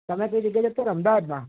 તમે કઈ જગ્યાએ છો અત્યારે અમદાવાદમાં